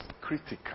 critical